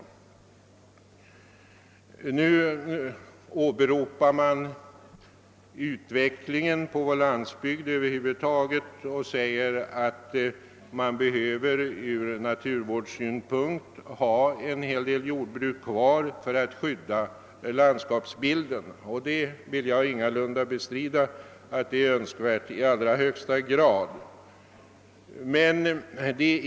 Man åberopar nu utvecklingen på vår landsbygd över huvud taget och säger att man ur naturvårdssynpunkt behöver ha en hel del jordbruk kvar för att skydda landskapsbilden. Jag vill ingalunda bestrida att detta i allra högsta grad är önskvärt.